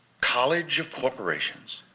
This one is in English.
college of corporations,